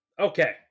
Okay